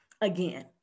again